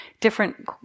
different